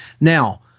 Now